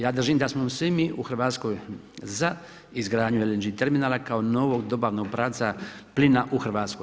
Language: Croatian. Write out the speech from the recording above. Ja držim da smo svi mi u Hrvatskoj za izgradnju LNG terminala kao novog dobavnog pravca plina u Hrvatsku.